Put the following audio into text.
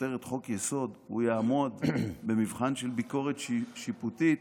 הכותרת "חוק-יסוד" הוא יעמוד במבחן של ביקורת שיפוטית,